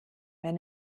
wenn